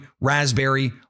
raspberry